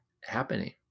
happening